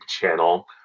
channel